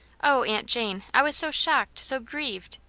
oh, aunt jane, i was so shocked, so grieved!